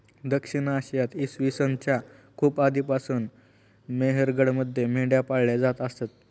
दक्षिण आशियात इसवी सन च्या खूप आधीपासून मेहरगडमध्ये मेंढ्या पाळल्या जात असत